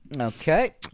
Okay